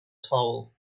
towel